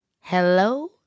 Hello